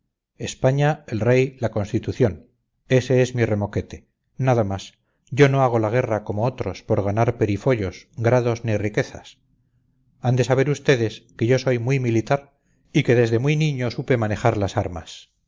españa el rey la constitución ese es mi remoquete nada más yo no hago la guerra como otros por ganar perifollos grados ni riquezas han de saber ustedes que yo soy muy militar y que desde muy niño supe manejar las armas